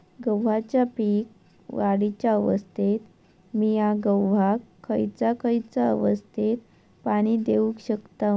गव्हाच्या पीक वाढीच्या अवस्थेत मिया गव्हाक खैयचा खैयचा अवस्थेत पाणी देउक शकताव?